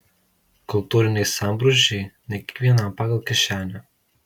kultūriniai sambrūzdžiai ne kiekvienam pagal kišenę